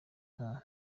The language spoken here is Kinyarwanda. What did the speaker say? nka